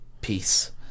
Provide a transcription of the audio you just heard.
peace